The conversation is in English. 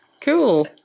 cool